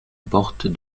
porte